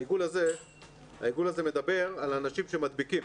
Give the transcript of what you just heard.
העיגול הזה מדבר על האנשים שמדביקים.